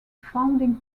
founding